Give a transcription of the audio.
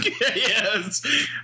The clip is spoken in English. Yes